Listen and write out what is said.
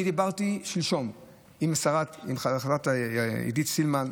אני דיברתי שלשום עם השרה עידית סילמן,